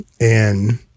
and-